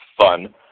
fun